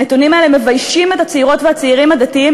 הנתונים האלה מביישים את הצעירות והצעירים הדתיים